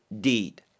deed